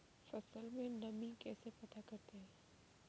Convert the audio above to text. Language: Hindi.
फसल में नमी कैसे पता करते हैं?